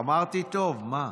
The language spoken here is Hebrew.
אמרתי טוב, מה?